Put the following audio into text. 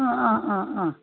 अँ अँ अँ अँ